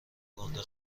گنده